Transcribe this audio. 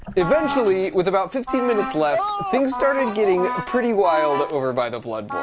eventually with about fifteen minutes left um things started getting pretty wild over by the blood